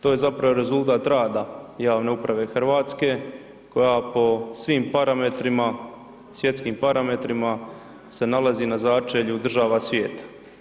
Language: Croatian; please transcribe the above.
To je zapravo rezultat rada javne uprave Hrvatske koja po svim parametrima, svjetskim parametrima se nalazi na začelju država svijeta.